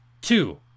two